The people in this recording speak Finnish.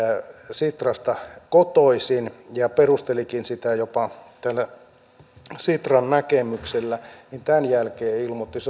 sitrasta kotoisin ja perustelikin sitä jopa tällä sitran näkemyksellä niin tämän jälkeen sosialidemokraatit ilmoittivat